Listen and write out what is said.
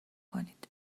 کنید